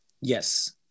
Yes